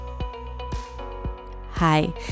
Hi